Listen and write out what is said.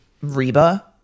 Reba